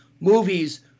movies